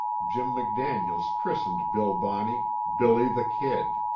jim mcdaniels christened billy bonney, billy the kid,